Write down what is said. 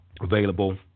available